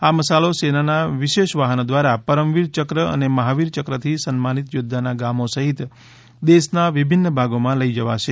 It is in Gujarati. આ મશાલો સેનાના વિશેષ વાહનો દ્વારા પરમવીર ચક્ર અને મહાવીર ચક્રથી સન્માનિત થોદ્વાના ગામો સહિત દેશના વિભિન્ન ભાગોમાં લઈ જવાશે